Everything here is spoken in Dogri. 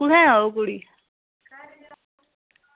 कुत्थें ओह् कुड़ी